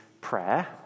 prayer